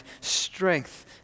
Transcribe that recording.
strength